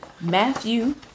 Matthew